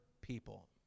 people